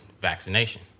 vaccination